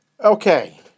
Okay